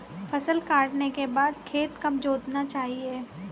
फसल काटने के बाद खेत कब जोतना चाहिये?